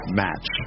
match